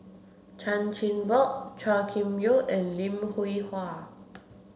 Chan Chin Bock Chua Kim Yeow and Lim Hwee Hua